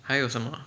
还有什么啊